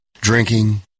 Drinking